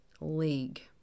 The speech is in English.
league